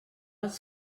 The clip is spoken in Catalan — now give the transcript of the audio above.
els